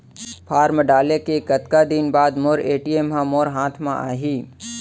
Form डाले के कतका दिन बाद मोर ए.टी.एम ह मोर हाथ म आही?